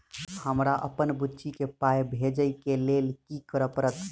हमरा अप्पन बुची केँ पाई भेजइ केँ लेल की करऽ पड़त?